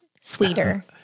sweeter